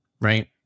Right